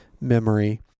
memory